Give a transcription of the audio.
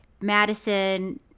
Madison